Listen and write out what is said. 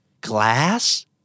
Glass